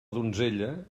donzella